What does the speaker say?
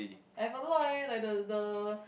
I have a lot leh like the the